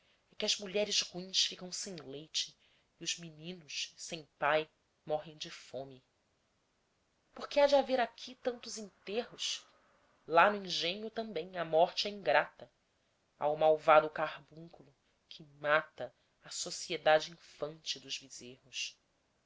que as mulheres ruins ficam sem leite e os meninos sem pai morrem de fome por que há de haver aqui tantos enterros lá no engenho também a morte é ingrata há o malvado carbúnculo que mata a sociedade infante dos